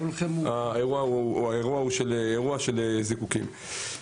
האירוע הוא אירוע של זיקוקים.